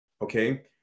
Okay